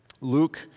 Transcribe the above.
Luke